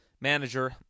manager